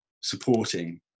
supporting